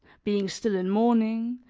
being still in mourning,